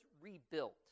rebuilt